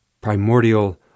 primordial